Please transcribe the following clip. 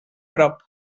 prop